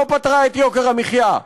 לא פתרה את יוקר המחיה.